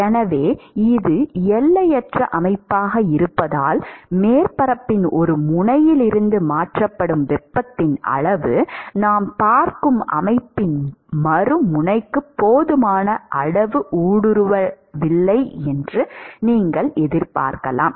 எனவே இது எல்லையற்ற அமைப்பாக இருப்பதால் மேற்பரப்பின் ஒரு முனையிலிருந்து மாற்றப்படும் வெப்பத்தின் அளவு நாம் பார்க்கும் அமைப்பின் மறுமுனைக்கு போதுமான அளவு ஊடுருவவில்லை என்று நீங்கள் எதிர்பார்க்கலாம்